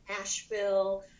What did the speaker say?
Asheville